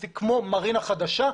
זה כמו מרינה חדשות.